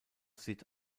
sieht